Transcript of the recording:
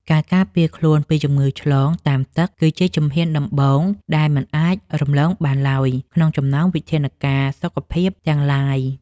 ការការពារខ្លួនពីជំងឺឆ្លងតាមទឹកគឺជាជំហានដំបូងដែលមិនអាចរំលងបានឡើយក្នុងចំណោមវិធានការសុខភាពទាំងឡាយ។